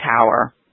tower